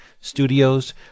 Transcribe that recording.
Studios